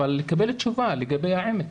אבל לקבל תשובה לגבי בית החולים העמק.